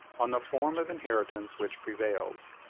on the form of inheritance which prevails.